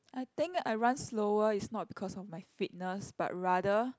I think I run slower is not because of my fitness but rather